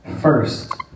first